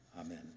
Amen